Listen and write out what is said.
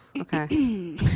okay